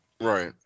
Right